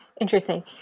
Interesting